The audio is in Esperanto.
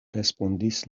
respondis